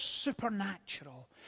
supernatural